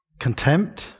contempt